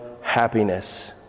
happiness